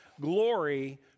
glory